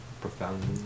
Profoundly